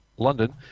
London